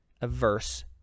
averse